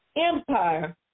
empire